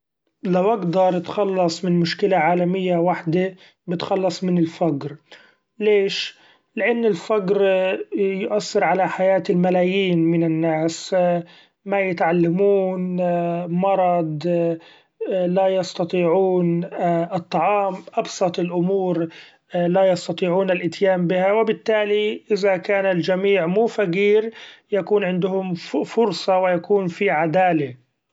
لو اقدر اتخلص من مشكلة عالمية واحدي بتخلص من الفقر ليش ؛ لأن الفقر يأثر علي حياة الملايين من الناس ، ما يتعلمون ، مرض لا يستطيعون الطعام أبسط الأمور لا يستطيعون الإتيان بها ، و بالتالي إذا مان الجميع مو فقير يكون عندهم فرصة و يكون في عدالي.